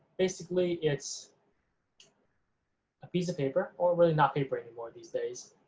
basically, it's a piece of paper, or really not paper anymore these days,